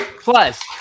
plus